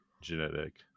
genetic